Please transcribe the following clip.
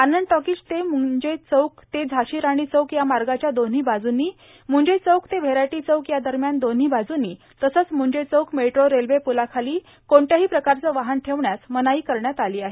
आनंद Talkies ते मूंजे चौक ते झांशी राणी चौक या मार्गाच्या दोन्ही बाजूंनी मूंजे चौक ते व्हेरायटी चौक या दरम्यान दोन्ही बाजूंनी तसंच मूंजे चौक मेट्रो रेल्वे प्लाखाली कोणत्याही प्रकारचं वाहन ठेवण्यास मनाई करण्यात आली आहे